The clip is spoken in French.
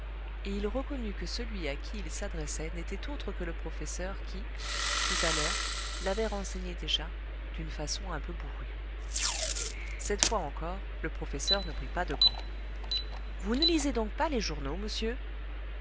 et il reconnut que celui à qui il s'adressait n'était autre que le professeur qui tout à l'heure l'avait renseigné déjà d'une façon un peu bourrue cette fois encore le professeur ne prit pas de gants vous ne lisez donc pas les journaux monsieur